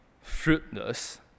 fruitless